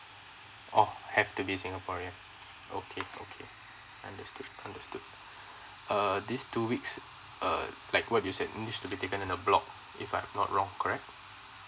oh have to be singaporean okay okay understood understood err this two weeks uh like what you said this need to be taken a block if I'm not wrong correct